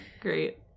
Great